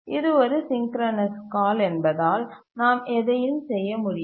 இது ஒரு synchronous call என்பதால் நாம் எதையும் செய்ய முடியும்